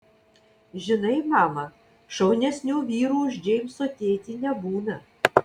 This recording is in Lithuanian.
žinai mama šaunesnių vyrų už džeimso tėtį nebūna